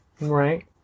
Right